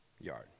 yard